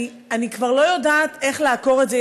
אני כבר לא יודעת איך לעקור את זה.